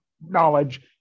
knowledge